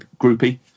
groupie